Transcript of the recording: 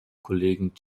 kollegen